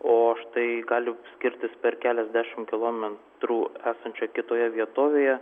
o štai gali skirtis per keliasdešim kilometrų esančioj kitoje vietovėje